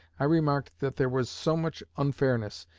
i remarked that there was so much unfairness,